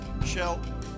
Michelle